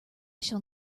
shall